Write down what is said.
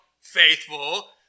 faithful